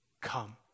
Come